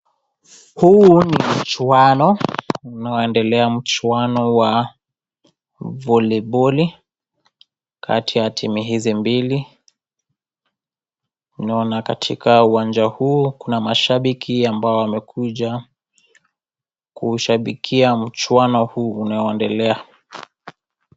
Huu ni mchuano unaoendelea, mchuano wa voliboli kati ya timu hizi mbili unaona katika uwanja huu kuna mashabiki ambao wamekuja kushabikia mchuano huu unaoendelea.